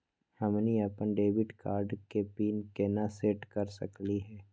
हमनी अपन debit card के पीन केना सेट कर सकली हे?